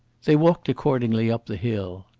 they walked accordingly up the hill,